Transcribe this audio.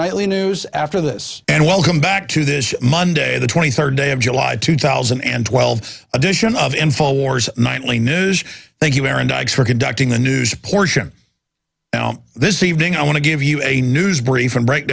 nightly news after this and welcome back to this monday the twenty third day of july two thousand and twelve edition of info wars nightly news thank you aaron dogs for conducting the news portion this evening i want to give you a news briefing break